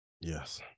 yes